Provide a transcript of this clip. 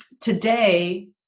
today